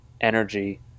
energy